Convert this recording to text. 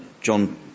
John